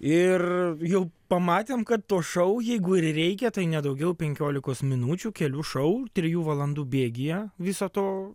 ir jau pamatėm kad to šou jeigu ir reikia tai ne daugiau penkiolikos minučių kelių šou trijų valandų bėgyje viso to